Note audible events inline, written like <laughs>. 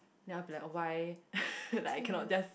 then I'll be like why <laughs> like I cannot just